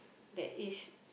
that is